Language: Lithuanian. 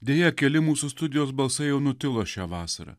deja keli mūsų studijos balsai jau nutilo šią vasarą